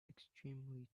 extremely